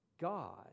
God